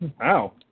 wow